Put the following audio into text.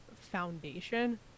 foundation